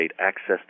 access